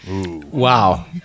Wow